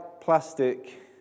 plastic